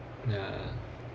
ya